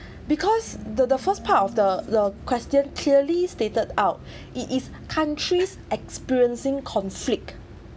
because the the first part of the the question clearly stated out it is countries experiencing conflict